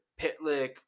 Pitlick